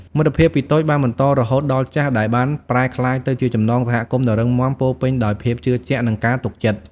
មិត្តភាពពីតូចបានបន្តរហូតដល់ចាស់ដែលបានប្រែក្លាយទៅជាចំណងសហគមន៍ដ៏រឹងមាំពោរពេញដោយភាពជឿជាក់និងការទុកចិត្ត។